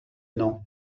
nom